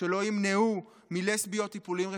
שלא ימנעו מלסביות טיפולים רפואיים?